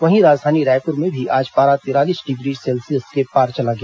वहीं राजधानी रायपुर में भी आज पारा तिरालीस डिग्री सेल्सियस के पार चला गया